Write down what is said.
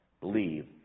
Believe